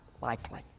likely